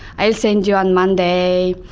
i'll send you on monday.